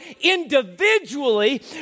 individually